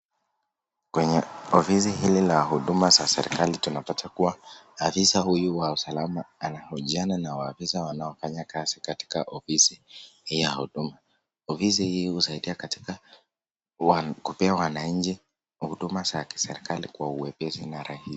Kwenye ofisi hili ka huduma za serikali, tunapata kuwa afisa huyu wa usalama anahojiana na maafisa wanaofanya kazi katika ofisi yao ya huduma, ofisi hii husaidia katika kupea wananchi huduma za serikali kwa uwepesi na rahisi.